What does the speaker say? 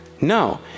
No